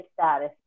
status